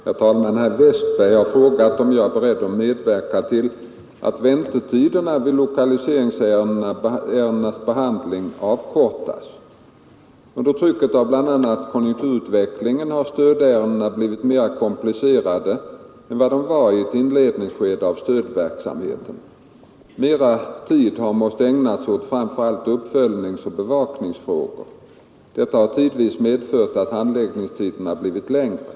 Herr talman! Herr Westberg i Ljusdal har frågat om jag är beredd medverka till att väntetiden vid lokaliseringsärendens behandling avkortas. Under trycket av bl.a. konjunkturutvecklingen har stödärendena blivit mera komplicerade än vad de var i inledningsskedet av stödverksamheten. Mera tid har måst ägnas åt framför allt uppföljningsoch bevakningsfrågor. Detta har tidvis medfört att handläggningstiden blivit längre.